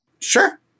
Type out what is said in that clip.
Sure